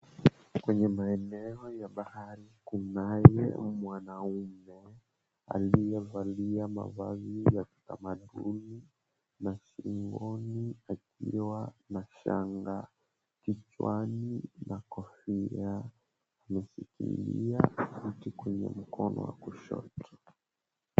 Kwenye maeneo ya bahari kunaye mwanaume aliyevalia mavazi ya kitamaduni na shingoni akiwa na shanga, kichwani na kofia. Ameshikililia mti kwenye mkono wa kushoto.